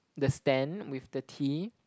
the stand with the tea